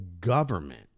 government